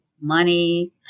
money